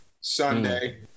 Sunday